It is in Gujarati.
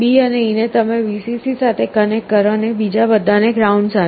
B અને E ને તમે Vcc સાથે કનેક્ટ કરો અને બીજા બધાને ગ્રાઉન્ડ સાથે